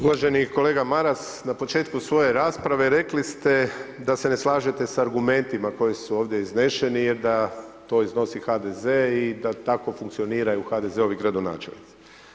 Uvaženi kolega Maras, na početku svoje rasprave, rekli ste da se ne slažete sa argumentima koji su ovdje izneseni, da to iznosi HDZ i da tako funkcioniraju HDZ-ovi gradonačelnici.